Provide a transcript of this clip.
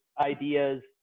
ideas